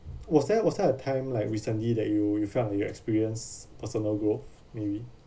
was there was there a time like recently that you you felt your experience personal growth maybe